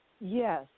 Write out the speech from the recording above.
Yes